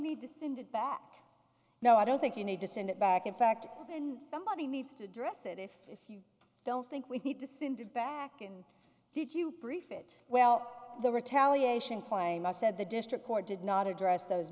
need to send it back now i don't think you need to send it back in fact then somebody needs to address it if if you don't think we need to send it back and did you brief it well the retaliation claim i said the district court did not address those